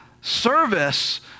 service